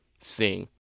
sing